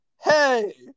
Hey